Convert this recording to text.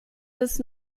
bis